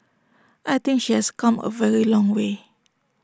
I think she has come A very long way